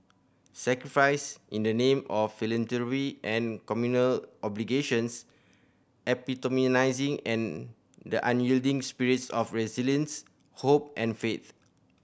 sacrifice in the name of philanthropy and communal obligations epitomising and the unyielding spirits of resilience hope and faith